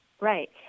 Right